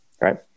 right